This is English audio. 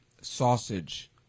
sausage